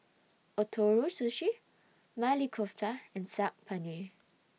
Ootoro Sushi Maili Kofta and Saag Paneer